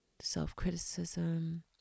self-criticism